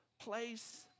place